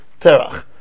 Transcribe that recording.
Terach